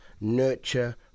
nurture